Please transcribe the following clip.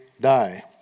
die